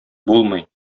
булмый